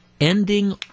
ending